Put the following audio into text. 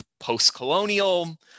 post-colonial